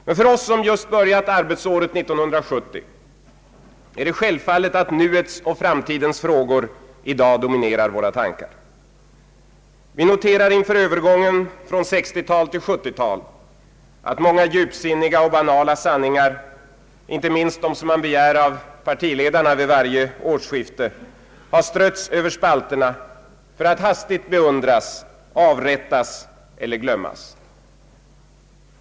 Men för oss som just börjat arbetsåret 1970 är det självfallet att nuets och framtidens frågor i dag dominerar våra tankar. Vi noterar inför övergången från 1960-talet till 1970-talet att många djupsinniga och banala sanningar — inte minst sådana som begärs av partiledarna vid varje årsskifte — har strötts över spalterna för att hastigt beundras, avrättas eller glömmas.